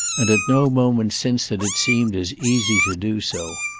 and at no moment since had it seemed as easy to do so.